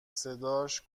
صداش